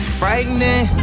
frightening